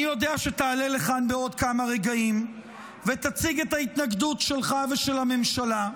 אני יודע שתעלה לכאן בעוד כמה רגעים ותציג את ההתנגדות שלך ושל הממשלה.